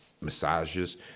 massages